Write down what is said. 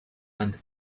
and